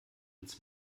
ins